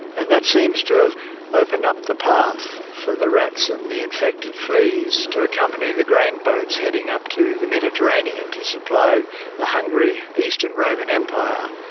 and that seems to have opened up the path for the rats and the infected fleas to accompany the grain boats heading up to the mediterranean to supply the hungry eastern roman empire.